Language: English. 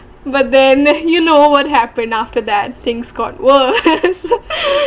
but then you know what happen after that things got worse